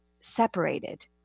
separated